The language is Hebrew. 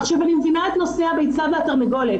עכשיו אני מבינה את נושא הביצה והתרנגולת,